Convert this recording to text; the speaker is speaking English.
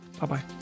bye-bye